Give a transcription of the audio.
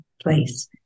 place